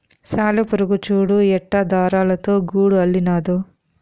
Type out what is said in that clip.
సాలెపురుగు చూడు ఎట్టా దారాలతో గూడు అల్లినాదో